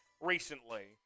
recently